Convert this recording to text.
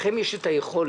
לכם יש את היכולת.